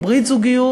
או ברית זוגיות,